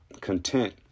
content